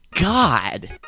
god